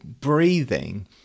breathing